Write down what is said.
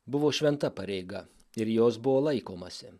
buvo šventa pareiga ir jos buvo laikomasi